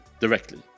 directly